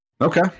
Okay